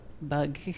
bug